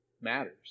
matters